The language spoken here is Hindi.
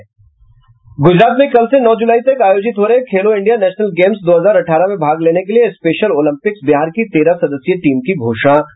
गुजरात में कल से नौ जुलाई तक आयोजित हो रहे खेलो इंडिया नेशनल गैम्स दो हजार अठारह में भाग लेने के लिए स्पेशल्स ओलंपिक्स बिहार की तेरह सदस्यीय टीम की घोषणा कर दी गयी है